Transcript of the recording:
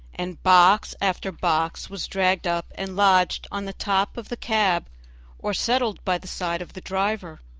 and box after box was dragged up and lodged on the top of the cab or settled by the side of the driver.